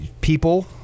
people